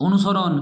অনুসরণ